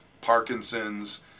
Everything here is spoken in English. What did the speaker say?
Parkinson's